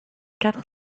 quatre